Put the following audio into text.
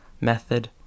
method